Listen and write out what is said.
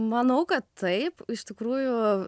manau kad taip iš tikrųjų